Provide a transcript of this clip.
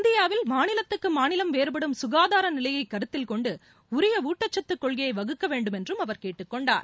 இந்தியாவில் மாநிலத்துக்கு மாநிலம் வேறுபடும் சுகாதார நிலையை கருத்தில் கொண்டு உரிய ஊட்டச்சத்துக் கொள்கையை வகுக்க வேண்டுமென்றும் அவர் கேட்டுக் கொண்டார்